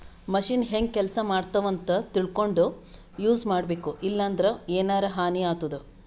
machine ಹೆಂಗ್ ಕೆಲಸ ಮಾಡ್ತಾವ್ ಅಂತ್ ತಿಳ್ಕೊಂಡ್ ಯೂಸ್ ಮಾಡ್ಬೇಕ್ ಇಲ್ಲಂದ್ರ ಎನರೆ ಹಾನಿ ಆತದ್